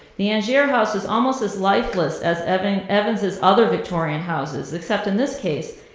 the angier house is almost as lifeless as evans's evans's other victorian houses except in this case,